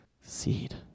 seed